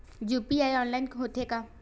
UPI online होथे का?